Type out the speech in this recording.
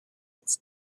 its